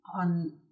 on